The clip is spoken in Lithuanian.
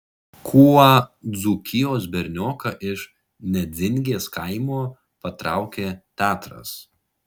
kuo dzūkijos bernioką iš nedzingės kaimo patraukė teatras